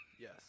Yes